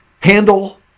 handle